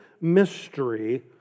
mystery